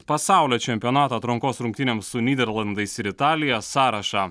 pasaulio čempionato atrankos rungtynėms su nyderlandais ir italija sąrašą